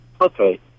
Okay